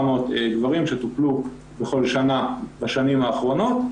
גברים שטופלו בכל שנה בשנים האחרונות.